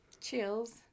Chills